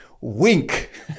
wink